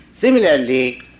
Similarly